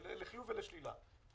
לחיוב ולשלילה.